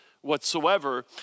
whatsoever